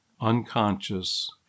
unconscious